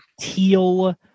teal